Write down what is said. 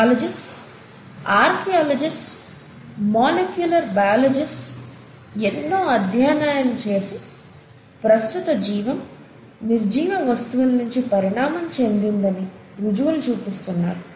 geologists archaeologists molecular biologists ఎన్నో అధ్యనాలు చేసి ప్రస్తుత జీవం నిర్జీవ వస్తువుల నించి పరిణామం చెందిందని రుజువులు చూపిస్తున్నారు